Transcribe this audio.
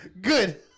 Good